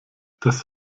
das